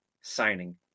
signing